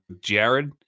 Jared